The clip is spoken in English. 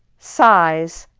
sighs,